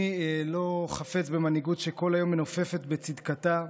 אני לא חפץ במנהיגות שכל היום מנופפת בצדקתה,